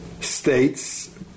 states